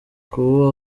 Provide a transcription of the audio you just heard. kuba